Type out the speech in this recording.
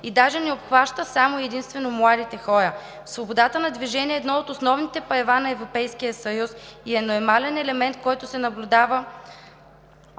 даже не обхваща само и единствено младите хора. Свободата на движение е едно от основните права на Европейския съюз и е нормален елемент, който се наблюдава